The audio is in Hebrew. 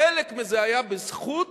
חלק מזה היה בזכות